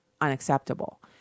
unacceptable